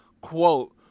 quote